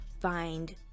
find